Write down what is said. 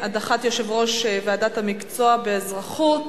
בנושא: הדחת יושב-ראש ועדת המקצוע באזרחות.